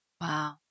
Wow